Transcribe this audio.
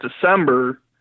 December